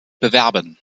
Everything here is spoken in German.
bewerben